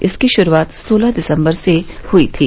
इसकी शुरूआत सोलह दिसम्बर से हुई थी